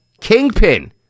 Kingpin